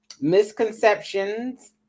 misconceptions